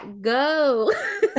Go